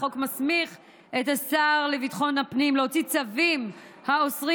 החוק מסמיך את השר לביטחון הפנים להוציא צווים האוסרים